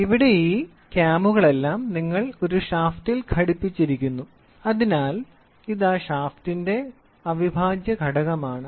അതിനാൽ ഇവിടെ ഈ ക്യാമുകളെല്ലാം നിങ്ങൾ ഷാഫ്റ്റിൽ ഘടിപ്പിച്ചിരിക്കുന്നു അല്ലെങ്കിൽ ഇത് ഒരു ഷാഫ്റ്റിന്റെ അവിഭാജ്യ ഘടകമാണ്